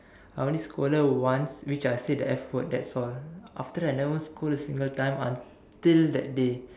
I only scold her once which I said the F word that's all after that I never scold a single time until that day